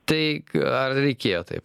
tai ar reikėjo taip